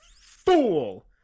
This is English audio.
fool